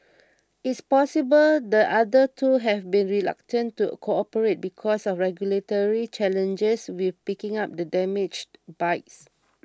it's possible the other two have been reluctant to cooperate because of regulatory challenges with picking up the damaged bikes